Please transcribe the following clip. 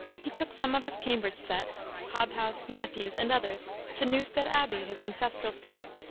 he took some of his cambridge set hobhouse, matthews, and others to newstead abbey, his ancestral seat,